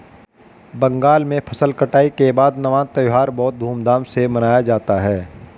बंगाल में फसल कटाई के बाद नवान्न त्यौहार बहुत धूमधाम से मनाया जाता है